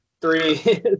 three